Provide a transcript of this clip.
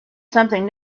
something